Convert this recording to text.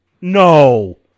No